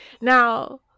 Now